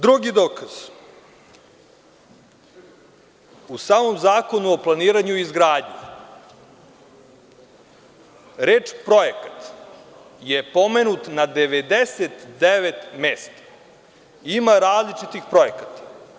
Drugi dokaz, u samom Zakonu o planiranju i izgradnji, reč projekat je pomenut na 99 mesta, ima različitih projekata.